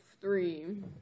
Three